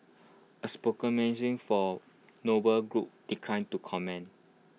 A spoken for noble group declined to comment